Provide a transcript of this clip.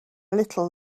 little